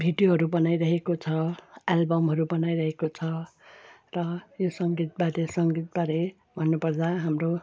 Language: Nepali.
भिडियोहरू बनाइरहेको छ एल्बमहरू बनाइरहेको छ र यो सङ्गीतबारे सङ्गीतबारे भन्नुपर्दा हाम्रो